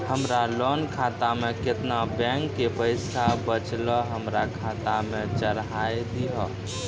हमरा लोन खाता मे केतना बैंक के पैसा बचलै हमरा खाता मे चढ़ाय दिहो?